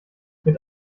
mit